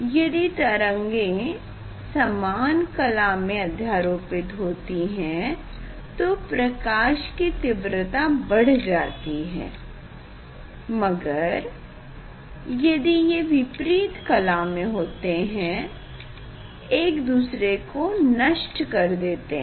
यदि तरंगें समान कला में अध्यारोपित होती हैं तो प्रकाश की तीव्रता बढ़ जाती है मगर यदि ये विपरीत कला में होते है एक दूसरे को नष्ट कर देते हैं